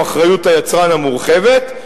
או אחריות היצרן המורחבת,